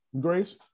grace